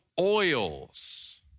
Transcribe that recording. oils